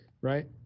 right